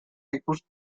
ikusi